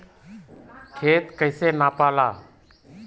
खेत कैसे नपाला?